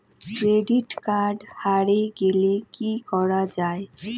Credit card হারে গেলে কি করা য়ায়?